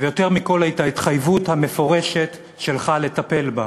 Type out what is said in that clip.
ויותר מכול, את ההתחייבות המפורשת שלך לטפל בה.